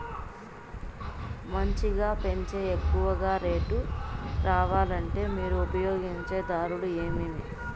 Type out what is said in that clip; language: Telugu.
మంచిగా పెంచే ఎక్కువగా రేటు రావాలంటే మీరు ఉపయోగించే దారులు ఎమిమీ?